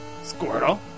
Squirtle